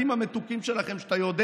כשאתה יודע